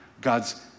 God's